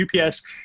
UPS